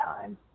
time